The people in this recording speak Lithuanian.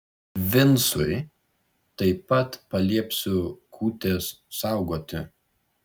vincui taip pat paliepsiu kūtės saugoti